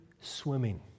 swimming